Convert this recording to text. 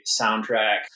soundtrack